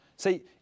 See